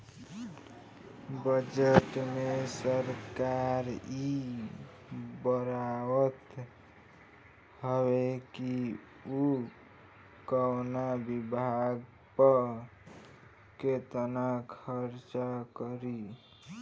budget में सरकार इ बतावत हवे कि उ कवना विभाग पअ केतना खर्चा करी